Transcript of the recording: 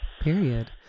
Period